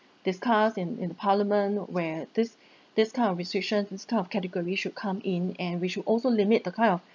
discuss in in the parliament where this this kind of restriction this kind of category should come in and we should also limit the kind of